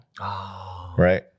right